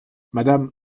madame